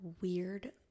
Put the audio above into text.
weird